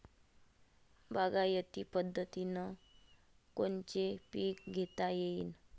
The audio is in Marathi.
बागायती पद्धतीनं कोनचे पीक घेता येईन?